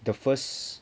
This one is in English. the first